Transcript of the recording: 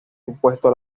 supuesto